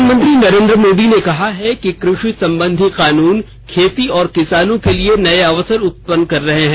प्रधानमंत्री नरेन्द्र मोदी ने कहा है कि कृषि संबंधी कानून खेती और किसानों के लिए नये अवसर उत्पन्न कर रहे हैं